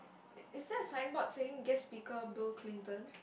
is~ is there a signboard saying guess speaker Bill Clinton